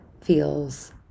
feels